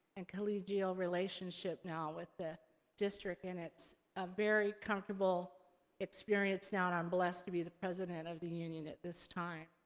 and collegial relationship now, with the district, and it's a very comfortable experience now, and i'm blessed to be the president of the union at this time.